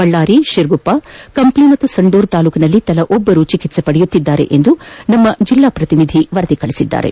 ಬಳ್ಳಾರಿ ಶಿರಗುಪ್ಪ ಕಂಪ್ಲಿ ಮತ್ತು ಸಂಡೂರು ತಾಲೂಕಿನಲ್ಲಿ ತಲಾ ಒಬ್ಬರು ಚೆಕಿತ್ಸೆ ಪಡೆಯುತ್ತಿದ್ದಾರೆ ಎಂದು ನಮ್ಮ ಪ್ರತಿನಿಧಿ ವರದಿ ಮಾಡಿದ್ದಾರೆ